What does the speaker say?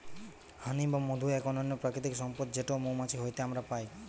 হানি বা মধু এক অনন্য প্রাকৃতিক সম্পদ যেটো মৌমাছি হইতে আমরা পাই